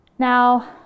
Now